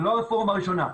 זו לא הרפורמה הראשונה,